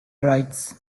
rights